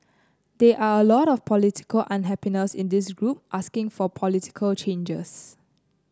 there are a lot of political unhappiness in this group asking for political changes